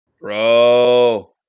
Bro